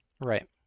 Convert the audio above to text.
right